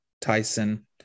Tyson